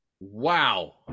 Wow